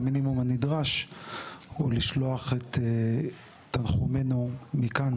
והמינימום הנדרש הוא לשלוח את תנחומינו מכאן